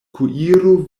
kuiru